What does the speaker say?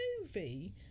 movie